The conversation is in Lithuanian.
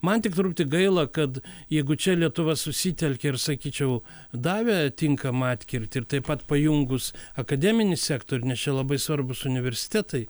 man tik truputį gaila kad jeigu čia lietuva susitelkė ir sakyčiau davė tinkamą atkirtį ir taip pat pajungus akademinį sektorių nes čia labai svarbūs universitetai